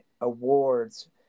awards